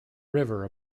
river